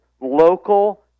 local